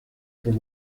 por